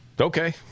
Okay